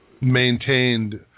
maintained